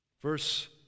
verse